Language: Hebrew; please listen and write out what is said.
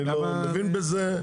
אני לא מבין בזה,